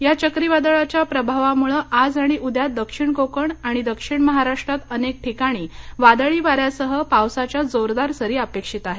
या चक्रीवादळाच्या प्रभावामुळे आज आणि उद्या दक्षिण कोकण आणि दक्षिण महाराष्ट्रात अनेक ठिकाणी वादळी वाऱ्यासह पावसाच्या जोरदार सरी अपेक्षित आहेत